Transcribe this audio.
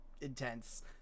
intense